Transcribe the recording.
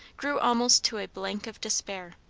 grew almost to a blank of despair.